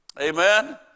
Amen